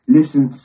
listen